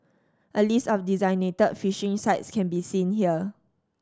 a list of designated fishing sites can be seen here